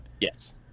Yes